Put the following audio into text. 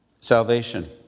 salvation